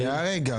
-- שאומר,